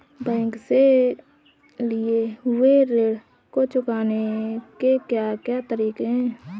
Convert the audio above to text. Bank से लिए हुए ऋण को चुकाने के क्या क्या तरीके हैं?